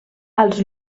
els